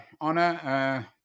honor